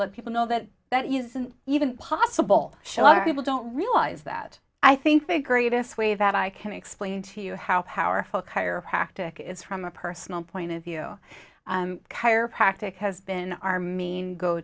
let people know that that isn't even possible show other people don't realize that i think the greatest way that i can explain to you how powerful chiropractic is from a personal point of view chiropractic has been our main go